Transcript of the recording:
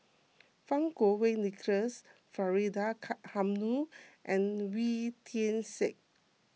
Fang Kuo Wei Nicholas Faridah ka Hanum and Wee Tian Siak